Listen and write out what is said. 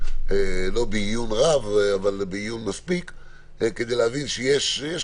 אמנם לא בעיון רב אבל עוד יהיו מספיק,